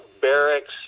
barracks